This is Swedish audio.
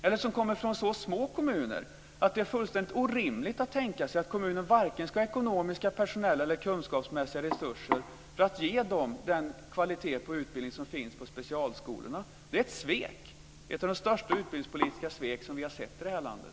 För dem som kommer från små kommuner är det fullständigt orimligt att tänka sig att kommunen har vare sig ekonomiska, personella eller kunskapsmässiga resurser för att ge dem den kvalitet i utbildningen som finns på specialskolorna. Det är ett svek, det största utbildningspolitiska svek som vi sett i det här landet.